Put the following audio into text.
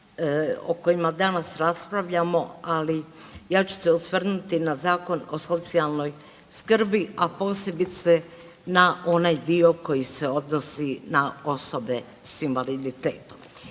o kojima danas raspravljamo, ali ja ću se osvrnuti na Zakon o socijalnoj skrbi, a posebice na onaj dio koji se odnosi na osobe s invaliditetom.